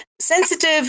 sensitive